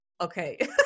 okay